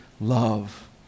love